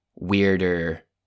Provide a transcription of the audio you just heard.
weirder